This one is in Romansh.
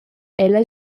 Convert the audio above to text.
ella